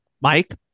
Mike